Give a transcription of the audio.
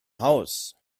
haus